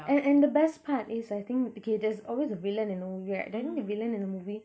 and and the best part is I think okay there's always a villain in a movie right then the villain in the movie